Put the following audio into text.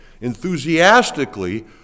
enthusiastically